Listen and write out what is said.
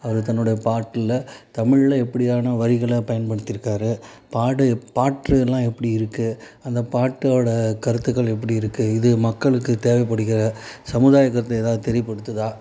அவர் தன்னுடைய பாட்டில் தமிழில் எப்படியான வரிகளை பயன்படுத்திருக்கார் பாடு பாட்டு எல்லாம் எப்படி இருக்குது அந்த பாட்டோட கருத்துக்கள் எப்படி இருக்குது இது மக்களுக்கு தேவைப்படுகிற சமுதாய கருத்தை ஏதாவது தெரியப்படுத்துதா